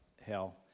hell